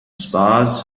spas